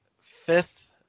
fifth